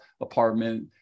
apartment